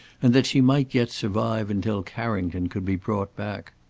and that she might yet survive until carrington could be brought back.